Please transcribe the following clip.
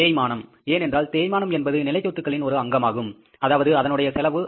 தேய்மானம் ஏனென்றால் தேய்மானம் என்பது நிலைச் சொத்துக்களின் ஒரு அங்கமாகும் அதாவது அதனுடைய செலவு